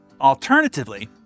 Alternatively